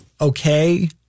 okay